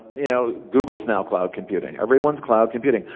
you know, google's now cloud computing, everyone's cloud computing.